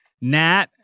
Nat